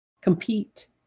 compete